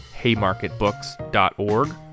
haymarketbooks.org